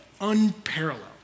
unparalleled